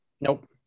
Nope